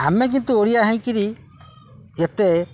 ଆମେ କିନ୍ତୁ ଓଡ଼ିଆ ହେଇଁକିରି ଏତେ